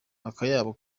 akayabo